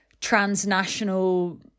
transnational